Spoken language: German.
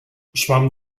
schwamm